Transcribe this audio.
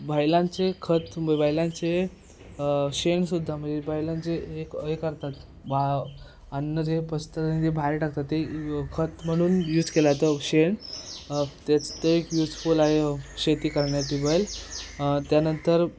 बैलांचे खत म बैलांचे शेणसुद्धा म्हणजे बैलांचे एक हे करतात भा अन्न जे पचत नाही ते बाहेर टाकतात ते खत म्हणून यूज केलं जातं शेण त्याचं ते एक यूजफुल आहे शेती करण्यासाठी बैल त्यानंतर